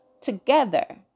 together